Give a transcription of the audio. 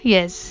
Yes